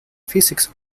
physics